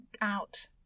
out